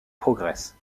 progresse